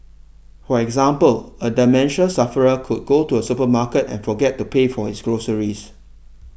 for example a dementia sufferer could go to a supermarket and forget to pay for his groceries